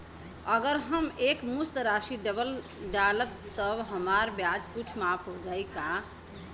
अगर हम एक मुस्त राशी डालब त हमार ब्याज कुछ माफ हो जायी का?